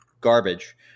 garbage